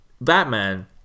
Batman